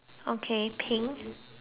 o